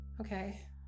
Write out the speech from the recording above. Okay